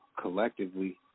collectively